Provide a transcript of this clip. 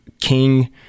King